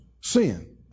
sin